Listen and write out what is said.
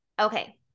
okay